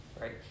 Right